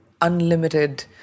unlimited